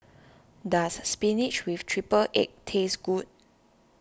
does Spinach with Triple Egg taste good